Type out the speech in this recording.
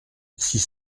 six